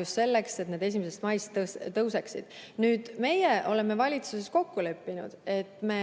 just selleks, et need 1. maist tõuseksid. Nüüd, meie oleme valitsuses kokku leppinud, et me